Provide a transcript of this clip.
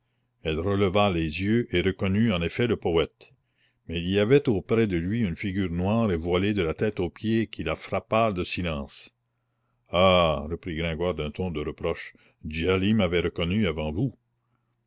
elle releva les yeux et reconnut en effet le poète mais il y avait auprès de lui une figure noire et voilée de la tête aux pieds qui la frappa de silence ah reprit gringoire d'un ton de reproche djali m'avait reconnu avant vous